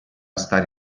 stare